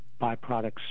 byproducts